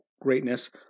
greatness